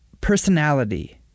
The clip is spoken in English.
Personality